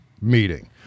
meeting